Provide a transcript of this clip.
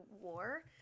war